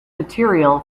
material